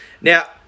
Now